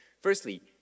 Firstly